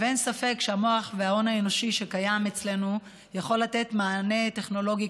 אין ספק שהמוח וההון האנושי שקיים אצלנו יכולים לתת מענה טכנולוגי